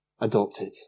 adopted